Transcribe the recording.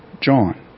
John